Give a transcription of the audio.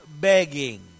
begging